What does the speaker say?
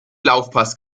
laufpass